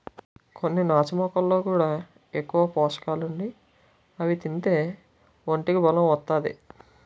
కొన్ని నాచు మొక్కల్లో కూడా ఎక్కువ పోసకాలుండి అవి తింతే ఒంటికి బలం ఒత్తాది